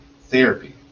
therapy